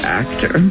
actor